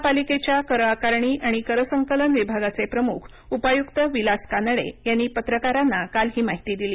महापालिकेच्या कर आकारणी आणि कर संकलन विभागाचे प्रमुखउपायुक्त विलास कानडे यांनी पत्रकारांना काल ही माहिती दिली